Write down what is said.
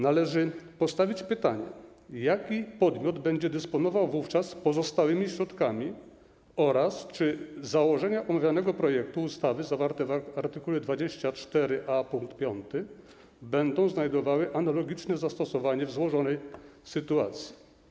Należy postawić pytanie: Jaki podmiot będzie dysponował wówczas pozostałymi środkami oraz czy założenia omawianego projektu ustawy zawarte w art. 24a pkt 5 będą znajdowały analogiczne zastosowanie w złożonej sytuacji?